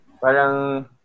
Parang